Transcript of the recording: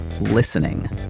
listening